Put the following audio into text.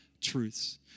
truths